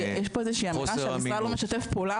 כי יש פה איזושהי אמירה שהמשרד לא משתף פעולה